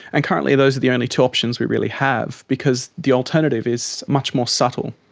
and currently those are the only two options we really have because the alternative is much more subtle.